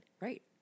Right